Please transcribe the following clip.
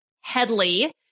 Headley